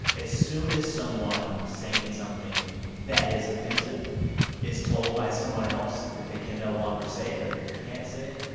as soon as someone saying something that is offensive is told by someone else that they can no longer say it or that they can't say it,